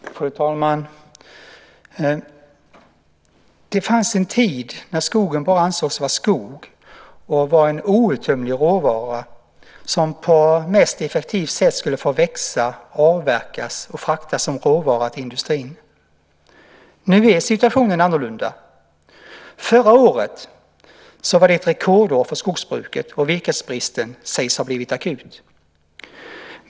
Fru talman! Det fanns en tid när skogen bara ansågs vara skog och en outtömlig råvara som på mest effektivt sätt skulle få växa, avverkas och fraktas som råvara till industrin. Nu är situationen annorlunda. Förra året var ett rekordår för skogsbruket, och virkesbristen sägs ha blivit akut.